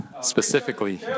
specifically